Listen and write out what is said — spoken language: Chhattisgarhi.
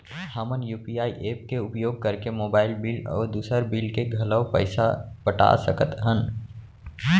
हमन यू.पी.आई एप के उपयोग करके मोबाइल बिल अऊ दुसर बिल के घलो पैसा पटा सकत हन